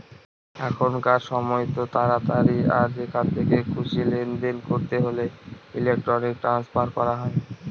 এখনকার সময়তো তাড়াতাড়ি আর যেখান থেকে খুশি লেনদেন করতে হলে ইলেক্ট্রনিক ট্রান্সফার করা হয়